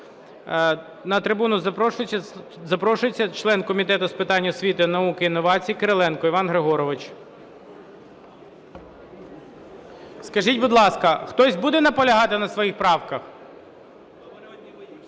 На трибуну запрошується член Комітету з питань освіти, науки і інновацій Кириленко Іван Григорович. Скажіть, будь ласка, хтось буде наполягати на своїх правках?